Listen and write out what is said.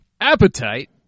Appetite